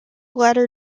latter